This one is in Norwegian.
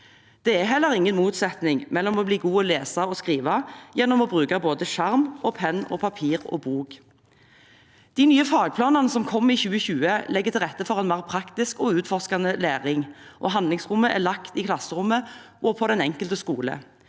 Det er heller ikke noe motsetningsfylt i å bli god til å lese og skrive gjennom å bruke både skjerm, penn, papir og bok. De nye fagplanene som kom i 2020, legger til rette for en mer praktisk og utforskende læring, og handlingsrommet er lagt i klasserommet og på den enkelte skole.